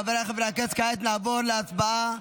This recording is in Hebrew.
חבריי חברי הכנסת, כעת נעבור להצבעה.